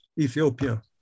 Ethiopia